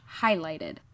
highlighted